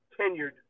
tenured